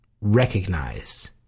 recognize